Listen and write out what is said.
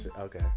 Okay